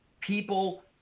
people